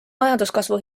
majanduskasvu